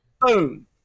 boom